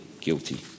guilty